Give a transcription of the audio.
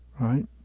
right